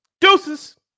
Deuces